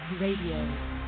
Radio